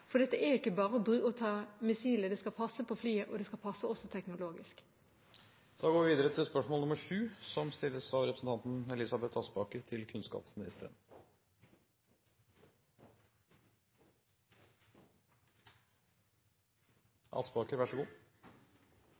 for det er ikke bare å ta missiler; det skal passe på flyet, og det skal også passe teknologisk. Spørsmålet mitt går til kunnskapsministeren: «Ordningen med privatisteksamen er en sikkerhetsventil som